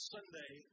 Sunday